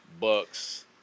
Bucks